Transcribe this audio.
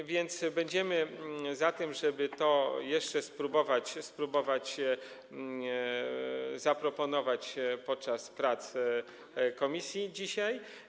A więc będziemy za tym, żeby to jeszcze spróbować zaproponować podczas prac komisji dzisiaj.